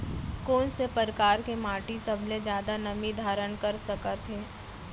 कोन से परकार के माटी सबले जादा नमी धारण कर सकत हे?